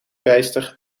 bijster